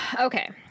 okay